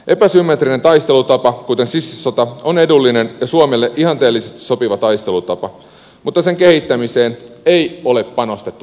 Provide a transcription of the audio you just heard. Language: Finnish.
epäsymmetrinen taistelutapa kuten sissisota on edullinen ja suomelle ihanteellisesti sopiva taistelutapa mutta sen kehittämiseen ei ole panostettu tarpeeksi